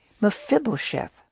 Mephibosheth